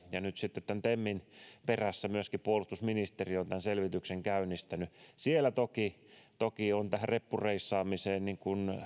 ja nyt sitten tämän temin perässä myöskin puolustusministeri on tämän selvityksen käynnistänyt siellä toki toki on tähän reppureissaamiseen